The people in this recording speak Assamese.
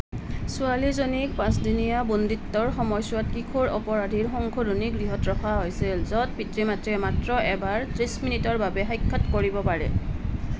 ছোৱালীজনীক পাঁচদিনীয়া বন্দীত্বৰ সময়ছোৱাত কিশোৰ অপৰাধীৰ সংশোধনী গৃহত ৰখা হৈছিল য'ত পিতৃ মাতৃয়ে মাত্ৰ এবাৰ ত্ৰিছ মিনিটৰ বাবে সাক্ষাৎ কৰিব পাৰে